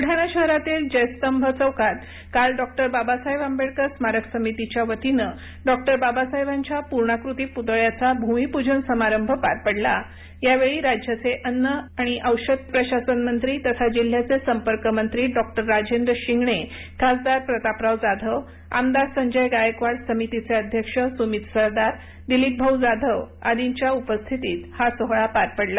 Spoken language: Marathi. बुलडाणा शहरातील जयस्तंभ चौकात काल डॉ बाबासाहेब आंबेडकर स्मारक समितीच्यावतीनं डॉ बाबासाहेबांच्या पूर्णाकृती पुतळ्याचा भूमिपूजन समारंभ पार पडला यावेळी राज्याचे अन्न औषध प्रशासन मंत्री तथा जिल्ह्याचे संपर्कमंत्री डॉ राजेंद्र शिंगणे खासदार प्रतापराव जाधव आमदार संजय गायकवाड़ समितीचे अध्यक्ष सुमित सरदार दिलीपभाऊ जाधव आदीच्या उपस्थितीत हा सोहळा पार पडला